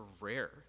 rare